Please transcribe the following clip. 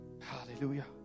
Hallelujah